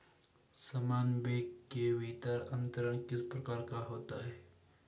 समान बैंक के भीतर अंतरण किस प्रकार का होता है?